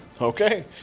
Okay